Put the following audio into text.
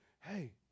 hey